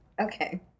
Okay